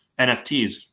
NFTs